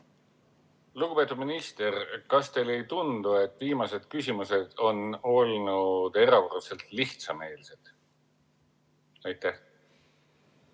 Lugupeetud minister! Kas teile ei tundu, et viimased küsimused on olnud erakordselt lihtsameelsed? Ütleme